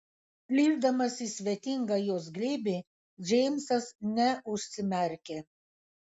slysdamas į svetingą jos glėbį džeimsas neužsimerkė